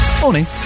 Morning